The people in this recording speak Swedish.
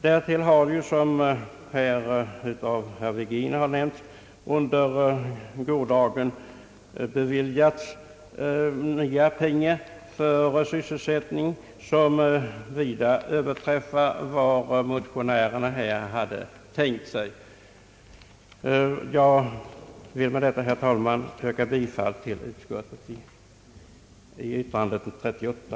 Dessutom beviljades ju i går, såsom herr Virgin nämnt, ytterligare belopp för att trygga sysselsättningen vilka vida överträffar vad motionärerna här hade tänkt sig. Jag vill med det anförda, herr talman, yrka bifall till statsutskottets utlåtande nr 38.